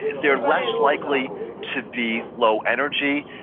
they're less likely to be low-energy,